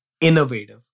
innovative